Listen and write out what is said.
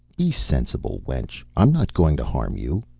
be sensible, wench. i'm not going to harm you.